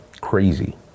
Crazy